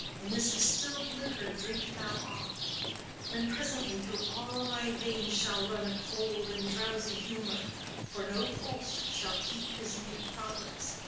and this distilled liquor drink thou off when presently through all thy veins shall run a cold and drowsy humour for no pulse shall keep his native progress,